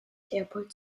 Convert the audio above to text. airport